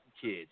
kids